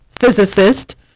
physicist